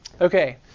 Okay